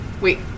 Wait